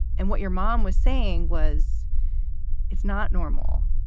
and what your mom was saying was it's not normal,